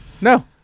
no